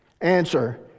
Answer